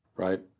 right